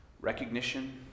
Recognition